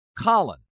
Colin